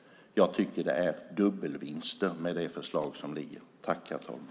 Jag tycker att det är dubbla vinster med det förslag som föreligger.